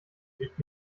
liegt